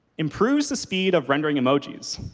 improves the speed of rendering emojis.